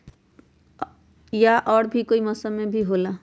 या और भी कोई मौसम मे भी होला?